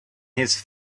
his